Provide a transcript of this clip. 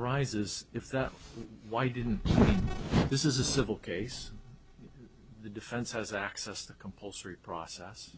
arises if that why didn't this is a civil case the defense has access to compulsory process